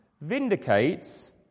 vindicates